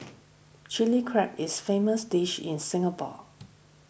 Chilli Crab is famous dish in Singapore